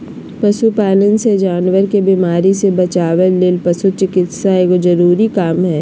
पशु पालन मे जानवर के बीमारी से बचावय ले पशु चिकित्सा एगो जरूरी काम हय